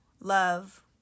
love